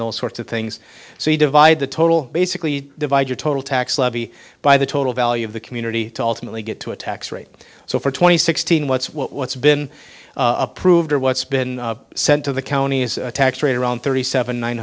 those sorts of things so you divide the total basically divide your total tax levy by the total value of the community to ultimately get to a tax rate so for twenty sixteen what's what's been approved or what's been sent to the county is a tax rate around thirty seven nine